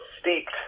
steeped